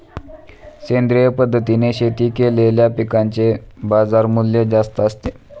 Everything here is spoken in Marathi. सेंद्रिय पद्धतीने शेती केलेल्या पिकांचे बाजारमूल्य जास्त असते